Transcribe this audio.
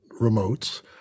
remotes